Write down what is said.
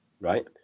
right